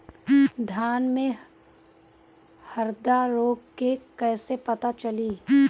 धान में हरदा रोग के कैसे पता चली?